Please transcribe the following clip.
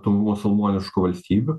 tų musulmoniškų valstybių